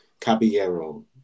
Caballero